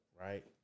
right